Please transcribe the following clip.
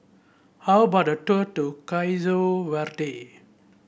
how about a tour to Verde